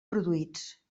produïts